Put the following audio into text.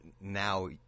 now